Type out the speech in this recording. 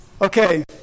okay